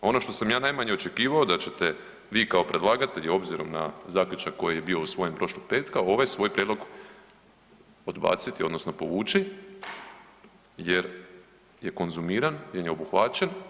Ono što sam ja najmanje očekivao da ćete vi kao predlagatelj, obzirom na zaključak koji je bio usvojen prošlog petka ovaj svoj prijedlog odbaciti, odnosno povući jer je konzumiran, jer je obuhvaćen.